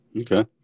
Okay